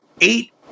eight